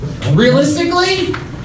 realistically